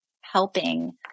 helping